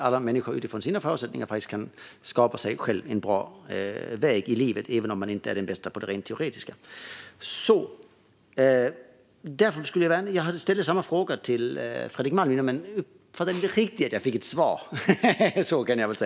Alla människor ska utifrån sina förutsättningar kunna skapa sig en bra väg i livet, även om man inte är bäst på det rent teoretiska. Jag ställde samma fråga till Fredrik Malm men uppfattade inte riktigt att jag fick ett svar.